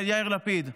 על יאיר לפיד?